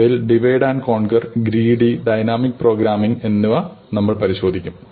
അവയിൽ divide and conquer greedy dynamic programming എന്നിവ നമ്മൾ പരിശോധിക്കും